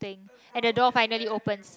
and the door finally opens